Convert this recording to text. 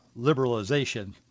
liberalization